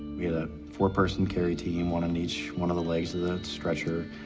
we had a four-person carry team, one on each one of the legs of the stretcher.